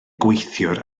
gweithiwr